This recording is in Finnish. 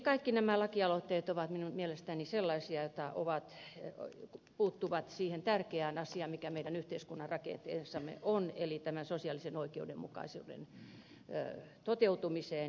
kaikki nämä lakialoitteet ovat minun mielestäni sellaisia jotka puuttuvat siihen tärkeään asiaan mikä meidän yhteiskuntamme rakenteissamme on eli sosiaalisen oikeudenmukaisuuden toteutumiseen